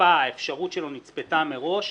האפשרות שלו נצפתה מראש,